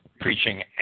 preaching